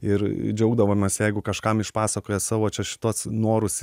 ir džiaugdavomės jeigu kažkam išpasakoja savo čia šituos norus